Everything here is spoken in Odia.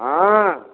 ହଁ